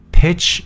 pitch